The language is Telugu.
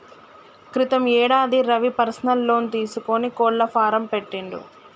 క్రితం యేడాది రవి పర్సనల్ లోన్ తీసుకొని కోళ్ల ఫాం పెట్టిండు